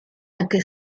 anche